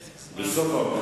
פסק זמן,